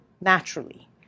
naturally